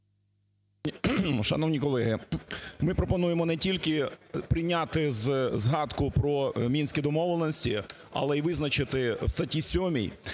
Шановні колеги, ми пропонуємо не тільки прийняти згадку про Мінські домовленості, але і визначити в статті 7